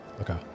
Okay